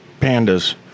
pandas